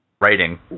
Writing